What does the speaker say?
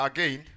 Again